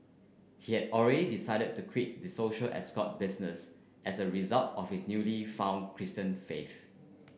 he had already decided to quit the social escort business as a result of his newly found Christian faith